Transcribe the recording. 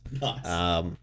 Nice